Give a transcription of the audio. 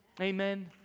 Amen